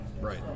Right